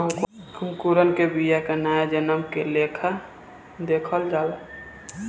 अंकुरण के बिया के नया जन्म के लेखा देखल जाला